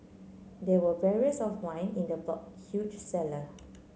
there were barrels of wine in the huge cellar